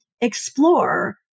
explore